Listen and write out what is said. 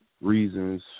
reasons